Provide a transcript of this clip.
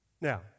Now